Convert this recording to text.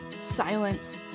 silence